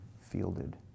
fielded